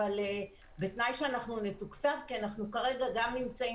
אבל בתנאי שאנחנו נתוקצב כי אנחנו כרגע גם נמצאים